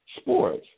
sports